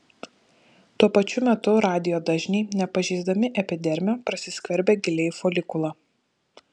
tuo pačiu metu radijo dažniai nepažeisdami epidermio prasiskverbia giliai į folikulą